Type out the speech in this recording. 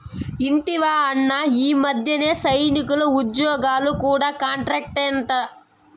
ఇంటివా అన్నా, ఈ మధ్యన సైనికుల ఉజ్జోగాలు కూడా కాంట్రాక్టేనట